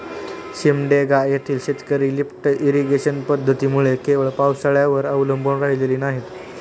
सिमडेगा येथील शेतकरी lift irrigation पद्धतीमुळे केवळ पावसाळ्यावर अवलंबून राहिलेली नाहीत